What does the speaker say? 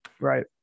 right